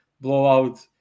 blowout